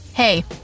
Hey